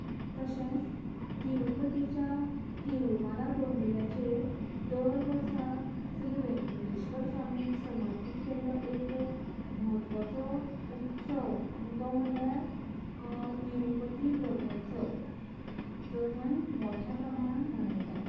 तशेंच तिरुपतीच्या तिरुमाला दोंगुल्याचेर दर वर्साक श्री वेंकटेश्वर स्वामीक समर्पीत केल्लो एक म्हत्वाचो उत्सव आनी तो म्हळ्यार तिरुपती ब्रह्मोत्सव जो थंय मोट्या प्रमाणांत मनयतात